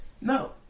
No